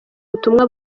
ubutumwa